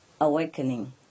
awakening